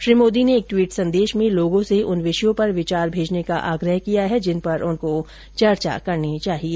श्री मोदी ने एक ट्वीट संदेश में लोगों से उन विषयों पर विचार भेजने का आग्रह किया है जिन पर उनको चर्चा करनी चाहिये